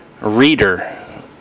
reader